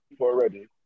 already